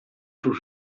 sul